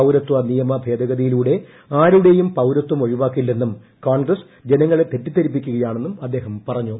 പൌരത്വനിയമ ഭേദഗതിയിലൂടെ ആരുടെയും പൌരത്വം ഒഴിവാക്കില്ലെന്നും കോൺഗ്രസ് ജനങ്ങളെ തെറ്റിദ്ധരിപ്പിക്കുകയാണെന്നും അദ്ദേഹം പറഞ്ഞു